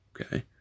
okay